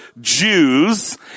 Jews